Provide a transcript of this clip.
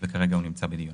וכרגע הוא נמצא בדיון.